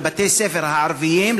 לבתי-הספר הערביים,